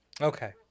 Okay